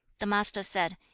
the master said,